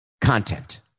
content